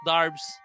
Darbs